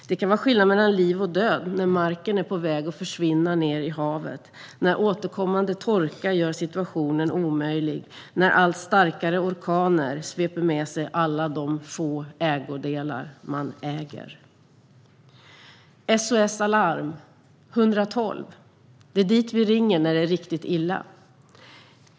Det kan vara skillnad mellan liv och död när marken är på väg att försvinna ned i havet, när återkommande torka gör situationen omöjlig och när allt starkare orkaner sveper med sig dessa människors få ägodelar. SOS Alarm 112 - det är dit vi ringer när det är riktigt illa.